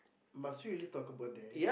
must we really talk about that